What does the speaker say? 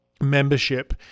membership